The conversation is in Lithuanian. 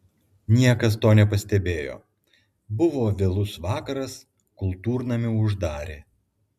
niekas to nepastebėjo buvo vėlus vakaras kultūrnamį uždarė